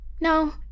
No